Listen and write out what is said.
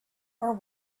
are